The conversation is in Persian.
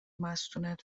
مستونت